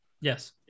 Yes